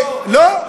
ממש לא.